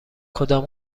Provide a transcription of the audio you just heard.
کدام